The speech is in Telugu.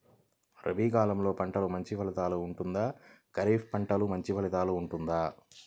రబీ కాలం పంటలు మంచి ఫలితాలు ఉంటుందా? ఖరీఫ్ పంటలు మంచి ఫలితాలు ఉంటుందా?